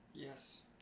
Yes